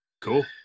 Cool